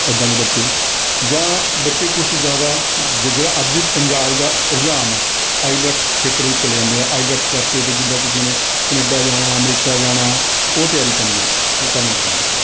ਇੱਦਾਂ ਦੇ ਬੱਚੇ ਜਾਂ ਬੱਚੇ ਕੁਝ ਜ਼ਿਆਦਾ ਜਿਹੜਾ ਅੱਜ ਪੰਜਾਬ ਦਾ ਰੁਝਾਨ ਆ ਆਈਲੈਟਸ ਖੇਤਰ ਵਿੱਚ ਚਲੇ ਜਾਂਦੇ ਆ ਆਈਲੈਟਸ ਕਰਕੇ ਵੀ ਜਿੱਦਾਂ ਕਿਸੇ ਨੇ ਕੈਨੇਡਾ ਜਾਣਾ ਅਮਰੀਕਾ ਜਾਣਾ ਉਹ ਤਿਆਰੀ ਕਰ ਕਰਨ ਲੱਗ ਜਾਂਦੇ ਹਨ